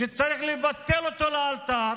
שצריך לבטל אותו לאלתר,